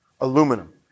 aluminum